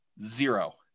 zero